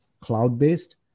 cloud-based